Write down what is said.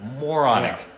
moronic